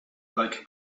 like